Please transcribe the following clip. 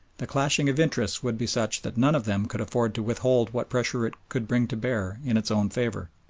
the clashing of interests would be such that none of them could afford to withhold what pressure it could bring to bear in its own favour.